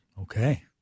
Okay